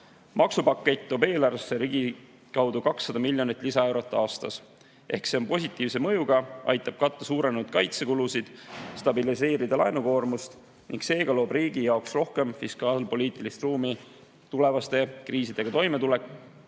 Maksupakett toob eelarvesse ligikaudu 200 miljonit lisaeurot aastas. Ehk see on positiivse mõjuga, aitab katta suurenenud kaitsekulusid, stabiliseerida laenukoormust ning seega loob riigi jaoks rohkem fiskaalpoliitilist ruumi tulevaste kriisidega toimetulekuks